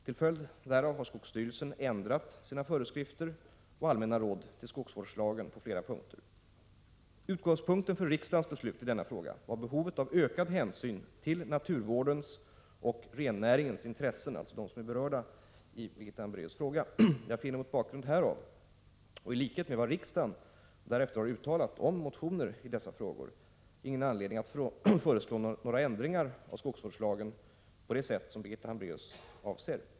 Till följd därav har skogsstyrelsen ändrat sina föreskrifter och allmänna råd till skogsvårdslagen på flera punkter. Utgångspunkten för riksdagens beslut i denna fråga var behovet av ökad hänsyn till naturvårdens och rennäringens intressen — alltså de intressen som berörs i Birgitta Hambraeus fråga. Jag finner mot bakgrund härav och i likhet med vad riksdagen därefter har uttalat om motioner i dessa frågor ingen anledning att föreslå några ändringar av skogsvårdslagen på det sätt som Birgitta Hambraeus avser.